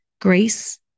grace